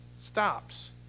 stops